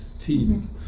team